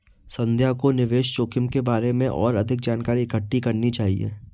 संध्या को निवेश जोखिम के बारे में और अधिक जानकारी इकट्ठी करनी चाहिए